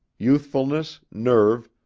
youthfulness, nerve,